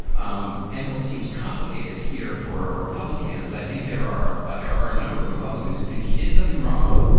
um and what seems complicated here for a republican is i think there are ah there are a number of republicans who think he did something wrong.